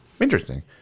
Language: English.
Interesting